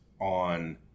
on